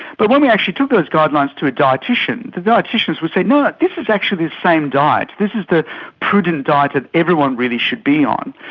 but when we actually took those guidelines to a dietician, the dieticians would say, no, this is actually the same diet, this is the prudent diet that everyone really should be on.